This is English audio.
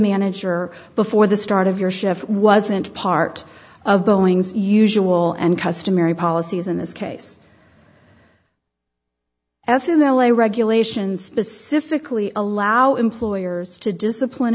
manager before the start of your shift wasn't part of boeing's usual and customary policies in this case f m l a regulations specifically allow employers to discipline